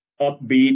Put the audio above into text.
upbeat